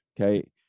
okay